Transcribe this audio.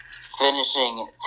finishing